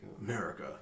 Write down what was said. America